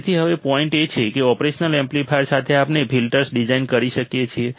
તેથી હવે પોઇન્ટ એ છે કે ઓપરેશનલ એમ્પ્લીફાયર સાથે આપણે ફિલ્ટર્સ ડિઝાઇન કરી શકીએ છીએ